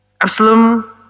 Absalom